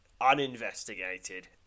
Uninvestigated